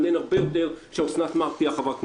מעניין הרבה יותר שאוסנת מארק תהיה חברת כנסת.